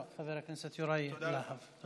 חבר הכנסת יוראי להב.